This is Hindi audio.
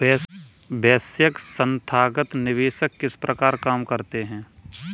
वैश्विक संथागत निवेशक किस प्रकार काम करते हैं?